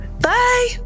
Bye